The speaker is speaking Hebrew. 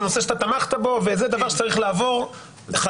זה נושא שאתה תמכת בו וזה דבר שצריך לעבור חלק.